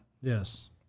Yes